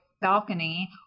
balcony